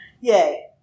Yay